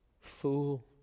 fool